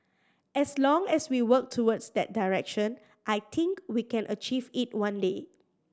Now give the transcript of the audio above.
as long as we work towards that direction I think we can achieve it one day